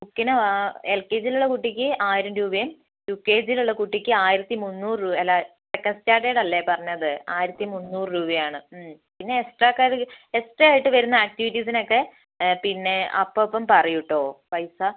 ബുക്കിന് L K ജിയിലുള്ള കുട്ടിക്ക് ആയിരം രൂപയും യു കെ ജിയിലുള്ള കുട്ടിക്ക് ആയിരത്തി മുന്നൂറ് രൂപ അല്ല സെക്കൻറ് സ്റ്റാന്റേർഡ് അല്ലേ പറഞ്ഞത് ആയിരത്തി മുന്നൂറ് രൂപയാണ് പിന്നെ എക്സ്ട്രാ എക്സ്ട്രാ ആയിട്ട് വരുന്ന ആക്ടിവിറ്റീസിനൊക്കെ അപ്പം അപ്പം പറയും കേട്ടോ പൈസ